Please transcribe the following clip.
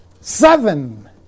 Seven